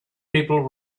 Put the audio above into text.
people